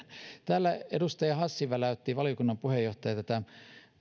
täällä edustaja hassi valiokunnan puheenjohtaja väläytti